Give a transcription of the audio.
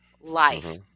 life